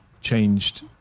changed